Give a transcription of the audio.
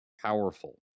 powerful